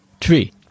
Three